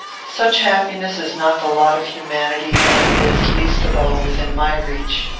such happiness is not the lot of humanity, and is, least of all, within my reach.